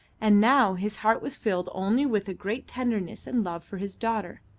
and now his heart was filled only with a great tenderness and love for his daughter.